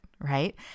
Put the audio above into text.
right